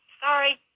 sorry